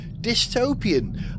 dystopian